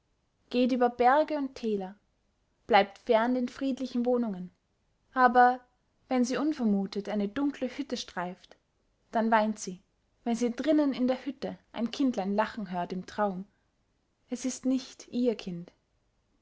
geht über berge und täler bleibt fern den friedlichen wohnungen aber wenn sie unvermutet eine dunkle hütte streift dann weint sie wenn sie drinnen in der hütte ein kindlein lachen hört im traum es ist nicht ihr kind